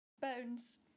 bones